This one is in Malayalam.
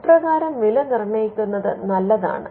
ഇപ്രകാരം വില നിർണയിക്കുന്നത് നല്ലതാണ്